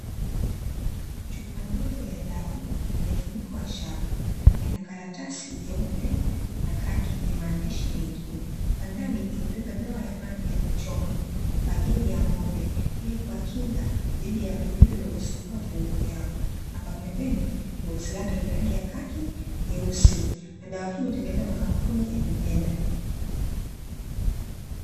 Chupa ndogo ya dawa yenye mfuniko wa shaba, na ina karatasi nyeupe na kaki yenye maandishi mengi kwa ndani imebeba dawa ya maji ya kucho kwa ajili ya ngombe ilikuwakinga dhidi ya vijidudu vinavyowasumbua viungo vyao, na kwa pembeni ni boski lake lenye rangi ya kaki, jeusi na dawa hii imetengenezwa na kampuni ya bimedah.